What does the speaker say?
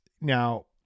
now